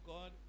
God